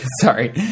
Sorry